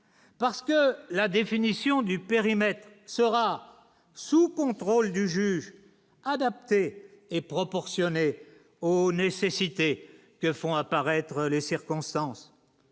parce que la définition du périmètre sera sous contrôle du juge adaptée et proportionnée aux nécessités que font apparaître les circonstances